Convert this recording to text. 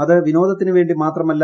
അത് വിനോദത്തിന് വേണ്ടിമാത്രമല്ല